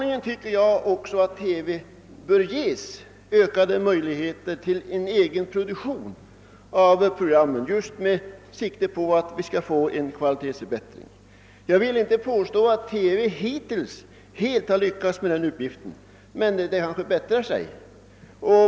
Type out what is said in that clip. Jag tycker också att TV bör ges ökade möjligheter till en egen produktion av program just med tanke på en kvalitetsförbättring. Jag vill inte påstå att TV hittills helt har lyckats med denna uppgift, men det kanske bättrar sig.